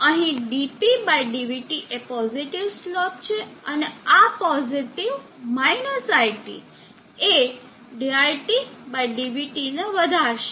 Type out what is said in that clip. અહીં dpdvT એ positive slope છે અને આ પોઝિટિવ- iT એ diTdvT ને વધારશે